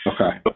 Okay